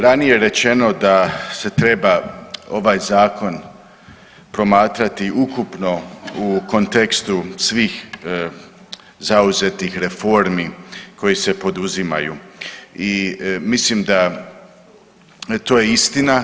Ranije je rečeno da se treba ovaj zakon promatrati ukupno u kontekstu svih zauzetih reformi koje se poduzimaju i mislim da to je istina.